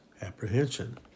apprehension